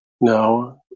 No